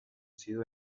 sido